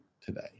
today